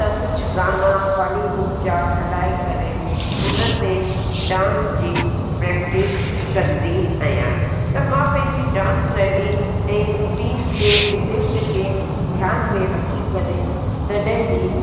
त कुझु गाना बॉलीवुड जा हलाए करे हुन ते डांस जी प्रैक्टिस कंदी आहियां त मां पंहिंजी डांस शैली ऐं रुटीन जे उद्देश्य खे ध्यान में रखी करे तॾहिं ई